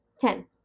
Ten